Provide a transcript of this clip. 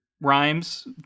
rhymes